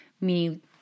meaning